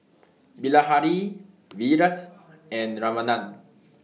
Bilahari Virat and Ramanand